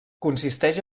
consisteix